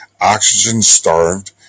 oxygen-starved